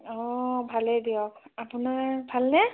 অ' ভালে দিয়ক আপোনাৰ ভালনে